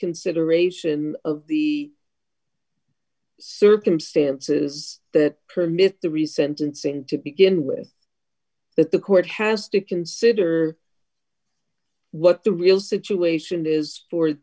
consideration of the circumstances that permit the recent incident to begin with that the court has to consider what the real situation is for